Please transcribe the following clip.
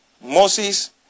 Moses